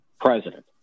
president